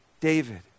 David